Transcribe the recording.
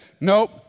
nope